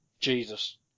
Jesus